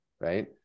right